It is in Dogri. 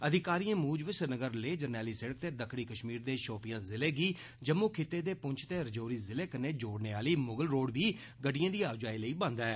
अधिकारिएं मुजब श्रीनगर लेह जरनैली सिड़क ते दक्खनी कश्मीर दे शोपियां जिले गी जम्मू खित्ते दे पुंछ ते रजौरी जिलें कन्नै जोड़ने आहली मुगल रोड बी गड़िड़एं दी आओजाई लेई बंद ऐ